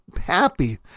happy